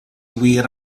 wir